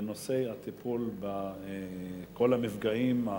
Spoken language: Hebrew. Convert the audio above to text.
בנושא הטיפול בכל המפגעים,